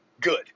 good